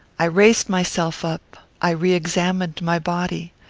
i raised myself up. i re-examined my body.